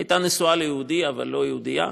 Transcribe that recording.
הייתה נשואה ליהודי אבל לא יהודייה.